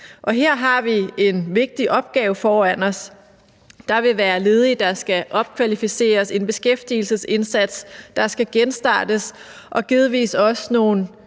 her har vi en vigtig opgave foran os. Der vil være ledige, der skal opkvalificeres, en beskæftigelsesindsats, der skal genstartes, og givetvis også nogle